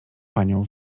panią